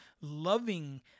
loving